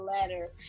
letter